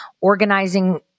organizing